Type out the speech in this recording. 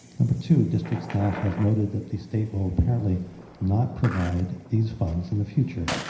and but two district staff have noted that the state will apparently not provide these funds in the future.